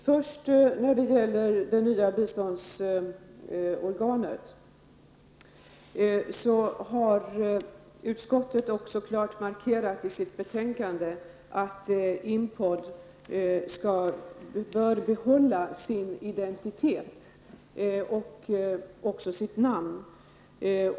Herr talman! När det gäller det nya biståndsorganet har utskottet också klart markerat i sitt betänkande att IMPOD bör behålla sin identitet. Det bör även behålla sitt namn.